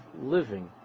living